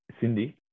Cindy